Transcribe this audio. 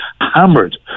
hammered